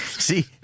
See